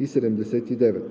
и 79;